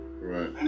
Right